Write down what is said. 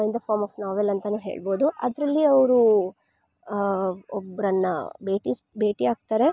ಇಂದ form of novel ಅಂತಾ ಹೇಳ್ಬೌದು ಅದರಲ್ಲಿ ಅವರು ಒಬ್ಬರನ್ನ ಭೇಟಿ ಭೇಟಿಯಾಗ್ತರೆ